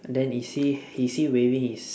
then is he is he waving his